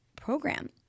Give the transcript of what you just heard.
program